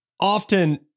often